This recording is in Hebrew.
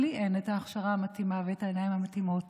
שלי אין את ההכשרה המתאימה ואת העיניים המתאימות